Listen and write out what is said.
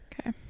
Okay